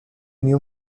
new